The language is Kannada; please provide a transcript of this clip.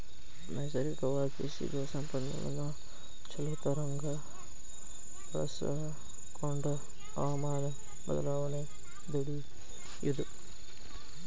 ನೈಸರ್ಗಿಕವಾಗಿ ಸಿಗು ಸಂಪನ್ಮೂಲಾನ ಚುಲೊತಂಗ ಬಳಸಕೊಂಡ ಹವಮಾನ ಬದಲಾವಣೆ ತಡಿಯುದು